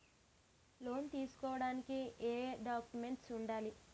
Loan తీసుకోడానికి ఏయే documents వుండాలి?